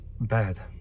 bad